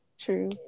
true